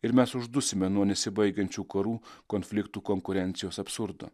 ir mes uždusime nuo nesibaigiančių karų konfliktų konkurencijos absurdo